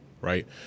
right